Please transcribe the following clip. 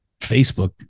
Facebook